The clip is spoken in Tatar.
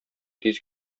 тиз